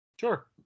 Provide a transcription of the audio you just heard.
Sure